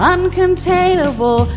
Uncontainable